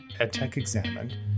EdTechExamined